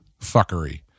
fuckery